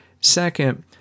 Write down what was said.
Second